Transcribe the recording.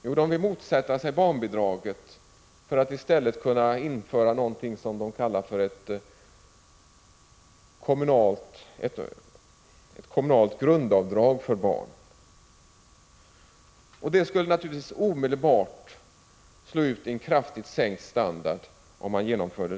Jo, de motsätter sig barnbidraget och vill i stället införa ett kommunalt grundavdrag för barn. Om man genomförde den reformen skulle det omedelbart medföra en kraftigt sänkt standard.